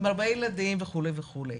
עם הרבה ילדים וכולי וכולי.